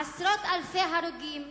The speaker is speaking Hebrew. עשרות אלפי הרוגים,